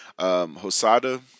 Hosada